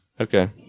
Okay